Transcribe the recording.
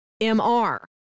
M-R